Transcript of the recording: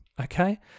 okay